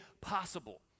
possible